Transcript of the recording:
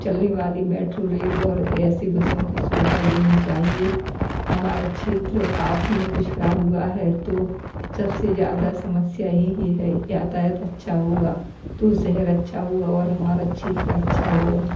चलने वाली metro rail ओर ऐसी बसों की सुविधा देनी चाहिए हमारा क्षेत्र आपने पिछड़ा हुआ है तो सब से ज़्यादा समस्या यही है यातायात अच्छा होगा तो शहर अच्छा होगा और हमारा क्षेत्र अच्छा होगा